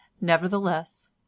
Nevertheless